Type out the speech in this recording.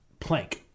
Planck